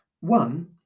one